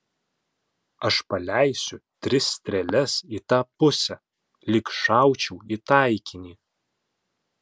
aš paleisiu tris strėles į tą pusę lyg šaučiau į taikinį